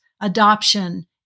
adoption